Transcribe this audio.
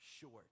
short